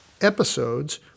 episodes